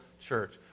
church